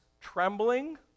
trembling